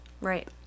Right